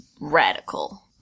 Radical